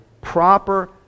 proper